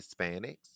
Hispanics